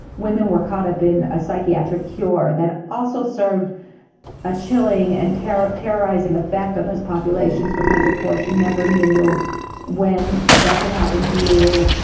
women were caught up in a psychiatric cure that also served a chilling and terrorising effect on those populations because of course you never knew when that could happen to you,